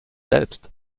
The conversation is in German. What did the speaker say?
selbst